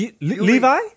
Levi